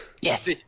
Yes